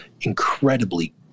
incredibly